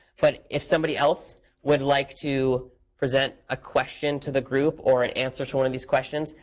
but if somebody else would like to present a question to the group or an answer to one of these question,